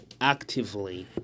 actively